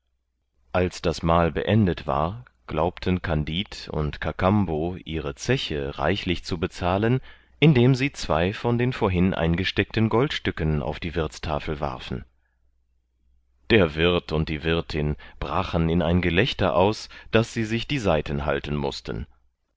als das mahl beendet war glaubten kandid und kakambo ihre zeche reichlich zu bezahlen indem sie zwei von den vorhin eingesteckten goldstücken auf die wirthstafel warfen der wirth und die wirthin brachen in ein gelächter aus daß sie sich die seiten halten mußten